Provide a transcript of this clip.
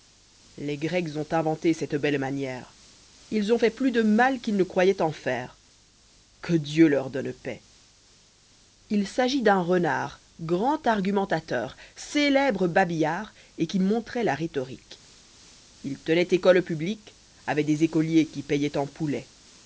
lesi grecs ont inventé cette belle manière s us ont fait plus de mal qu'ils ne croyoient en fairo que dieu leur donne paix il s'agit d'un renard grand argumentateur célèbre babillard et qui montrait la rhétorique tenoit école publique avait des écoliers qui payoient en poulets